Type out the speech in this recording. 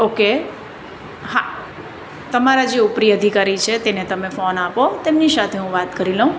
okay હા તમારા જે ઉપરી અધિકારી છે તેને તમે ફોન આપો તેમની સાથે હું વાત કરી લઉ